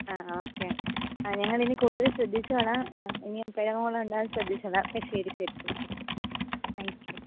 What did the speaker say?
ആ ആ ഓക്കേ ആ ഞങ്ങളിനി കൂടുതൽ ശ്രദ്ധിച്ചോളാം ഇനി എപ്പഴ് നമ്മള് കണ്ടാല് ശ്രദ്ധിച്ചോളാം അപ്പോൾ ശരി ശരി ശരി താങ്ക്യൂ ആ